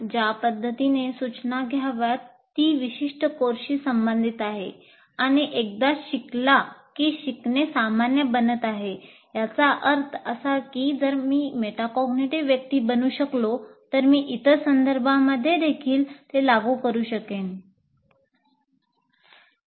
ज्या पद्धतीने सूचना घ्याव्यात तीं विशिष्ट कोर्सशी संबंधित आहे आणि एकदा शिकला कीं शिकणे सामान्य बनत आहे याचा अर्थ असा कीं जर मी मेटाकॉग्निटीव्ह व्यक्ती बनू शकलो तर मी इतर संदर्भांमध्ये देखील ते लागू करू शकेन